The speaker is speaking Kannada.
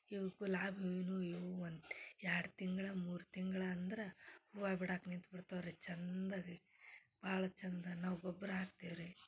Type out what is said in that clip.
ಏನು ಇವು ಒಂದು ಎರಡು ತಿಂಗ್ಳು ಮೂರು ತಿಂಗ್ಳು ಅಂದ್ರೆ ಹೂವು ಬಿಡಕ್ಕ ನಿಂತು ಬಿಡ್ತವ ರೀ ಚಂದಗಿ ಭಾಳ ಚಂದ ನಾವು ಗೊಬ್ಬರ ಹಾಕ್ತೇವೆ ರೀ